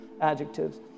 adjectives